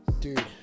dude